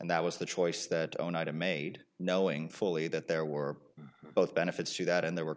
and that was the choice that oneida made knowing fully that there were both benefits to that and there were